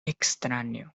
extraño